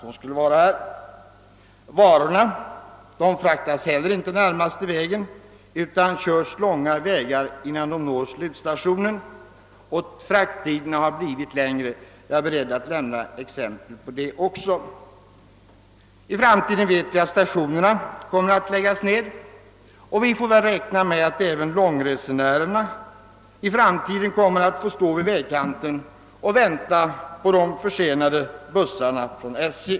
Varor fraktas heller inte den närmaste vägen utan körs långa vägar innan de når slutstationen, varför frakttiderna har blivit längre. Jag är beredd att lämna exempel på detta också. Vi vet att många stationer i framtiden kommer att läggas ned, och vi får väl räkna med att även långresenärerna i framtiden kommer att få stå vid vägkanten och vänta på de försenade bussarna från SJ.